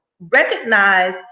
Recognize